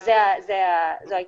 אני